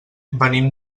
venim